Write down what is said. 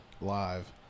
live